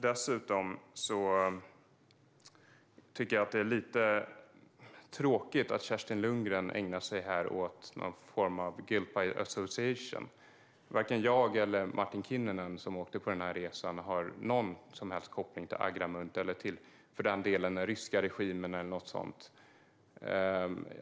Jag tycker att det är lite tråkigt att Kerstin Lundgren ägnar sig åt någon form av guilt by association här. Varken jag eller Martin Kinnunen, som åkte på resan, har någon som helst koppling till Agramunt eller för den delen den ryska regimen eller något sådant.